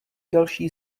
další